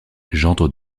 gendre